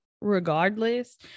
regardless